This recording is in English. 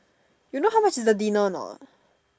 you know how much is the dinner or not